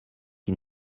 qui